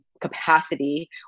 capacity